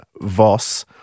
Voss